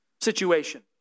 situation